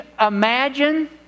imagine